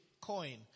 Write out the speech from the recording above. coin